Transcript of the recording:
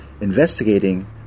Investigating